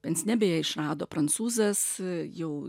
pensnė beje išrado prancūzas jau